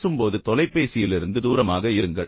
பேசும்போது தொலைபேசியிலிருந்து தூரமாக இருங்கள்